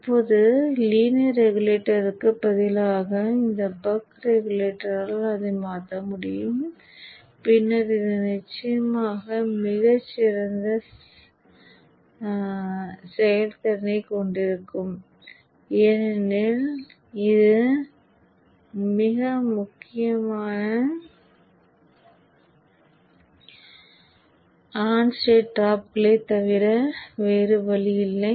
இப்போது லீனியர் ரெகுலேட்டருக்குப் பதிலாக இந்த பக் ரெகுலேட்டரால் அதை மாற்ற முடியும் பின்னர் இது நிச்சயமாக மிகச் சிறந்த செயல்திறனைக் கொண்டிருக்கும் ஏனெனில் இது ஆன் ஸ்டேட் டிராப்களைத் தவிர வேறு வழியில்லை